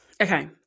Okay